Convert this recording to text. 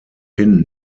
hin